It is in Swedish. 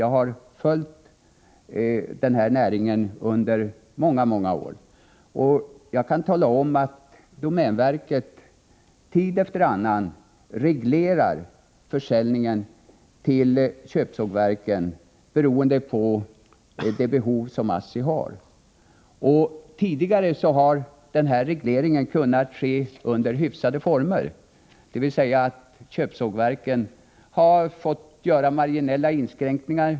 Jag har följt skogsnäringen under många år, och jag kan berätta att domänverket tid efter annan reglerar försäljningen till köpsågverken med ledning av det behov som ASSI har. Tidigare har denna reglering kunnat ske under hyfsade former, så att köpsågverken behövt göra endast marginella inskränkningar.